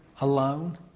alone